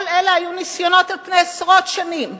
כל אלה היו ניסיונות על פני עשרות שנים,